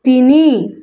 ତିନି